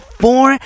four